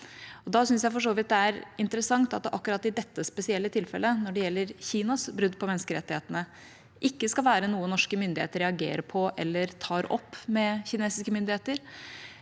Da syns jeg for så vidt det er interessant at akkurat dette spesielle tilfellet, når det gjelder Kinas brudd på menneskerettighetene, ikke skal være noe norske myndigheter reagerer på eller tar opp med kinesiske myndigheter,